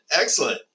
Excellent